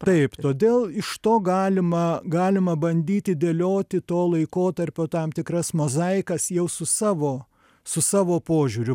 taip todėl iš to galima galima bandyti dėlioti to laikotarpio tam tikras mozaikas jau su savo su savo požiūriu